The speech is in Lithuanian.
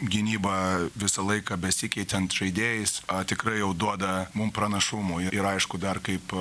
gynyba visą laiką besikeičiant žaidėjais tikrai jau duoda mum pranašumo ir aišku dar kaip